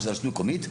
שרשות מקומית,